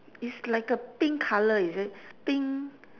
it's like a pink colour is it pink